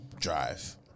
drive